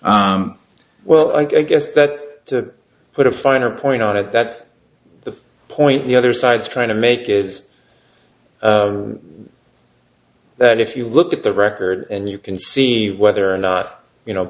case well i guess that put a finer point on at that point the other side's trying to make is that if you look at the record and you can see whether or not you know